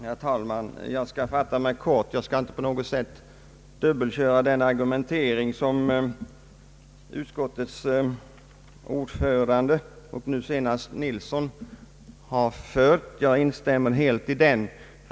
Herr talman! Jag skall fatta mig kort och inte på något sätt dubbelköra de argument som utskottets ordförande och nu senast herr Nilsson har anfört. Jag instämmer helt i dem.